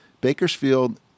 Bakersfield